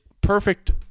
perfect